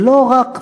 זה לא רק פולקלור,